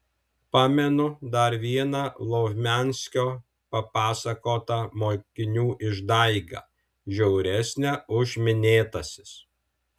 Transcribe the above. pamenu dar vieną lovmianskio papasakotą mokinių išdaigą žiauresnę už minėtąsias